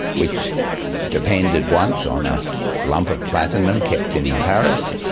which depended once on a lump of platinum kept in paris,